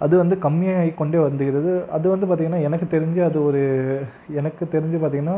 அப்படியே வந்து கம்மியாகி கொண்டே வந்துகிறது அது வந்து பார்த்தீங்கன்னா எனக்கு தெரிஞ்சு அது ஒரு எனக்கு தெரிஞ்சு பார்த்தீங்கன்னா